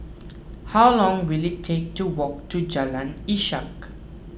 how long will it take to walk to Jalan Ishak